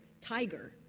tiger